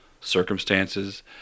circumstances